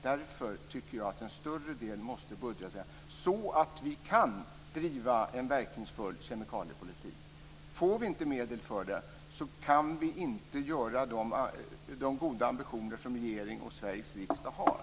Därför tycker jag att en större del måste budgeteras så att vi kan driva en verkningsfull kemikaliepolitik. Får vi inte medel för detta kan vi inte fullgöra de goda ambitioner som regering och Sveriges riksdag har.